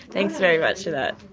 thanks very much for that.